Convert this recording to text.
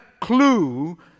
clue